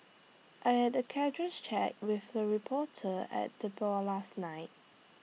I had A casual chat with A reporter at the bar last night